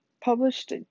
published